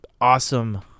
awesome